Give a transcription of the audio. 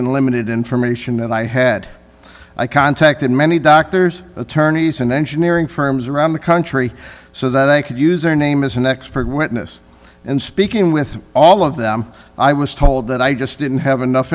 and limited information and i had i contacted many doctors attorneys and engineering firms around the country so that i could use their name as an expert witness and speaking with all of them i was told that i just didn't have enough